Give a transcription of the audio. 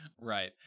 Right